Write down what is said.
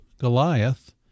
Goliath